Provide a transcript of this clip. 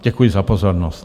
Děkuji za pozornost.